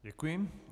Děkuji.